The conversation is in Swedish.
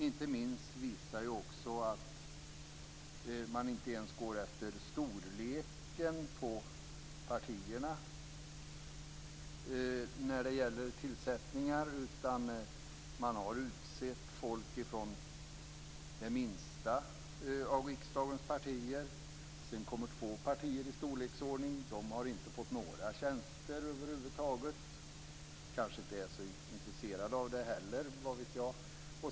Inte minst visas det av att man inte ens går efter storleken på partierna när det gäller tillsättningar. Man har utsett folk från det minsta av riksdagens partier. Sedan kommer två partier i storleksordning. De har inte fått några tjänster över huvud taget. De kanske inte är så intresserade av det heller, vad vet jag.